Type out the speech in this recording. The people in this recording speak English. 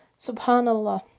subhanAllah